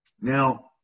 Now